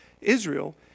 Israel